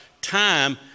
time